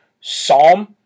psalm